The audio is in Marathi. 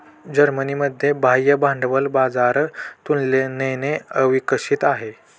जर्मनीमध्ये बाह्य भांडवल बाजार तुलनेने अविकसित आहे